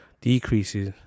decreases